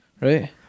Right